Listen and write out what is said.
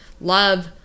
Love